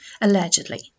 allegedly